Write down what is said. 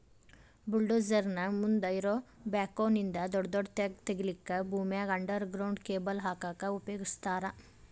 bulldozer ನ ಮುಂದ್ ಇರೋ ಬ್ಯಾಕ್ಹೊ ನಿಂದ ದೊಡದೊಡ್ಡ ತೆಗ್ಗ್ ತಗಿಲಿಕ್ಕೆ ಭೂಮ್ಯಾಗ ಅಂಡರ್ ಗ್ರೌಂಡ್ ಕೇಬಲ್ ಹಾಕಕ್ ಉಪಯೋಗಸ್ತಾರ